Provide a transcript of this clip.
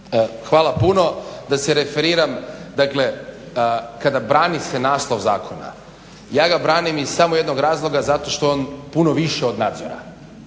Hvala puno. Da se referiram, dakle, kada brani se naslov zakona, ja ga branim iz samo jednog razloga zato što je on puno više od nadzora.